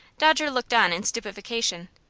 dodger looked on in stupefaction.